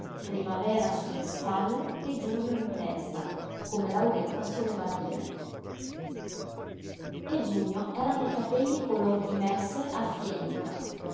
primavera su le spalle e giugno in testa come lauretta soleva dire e giugno erano i capelli color di mèsse affienita